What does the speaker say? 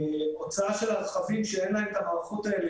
הוצאה של הרכבים שאין להם את המערכות האלה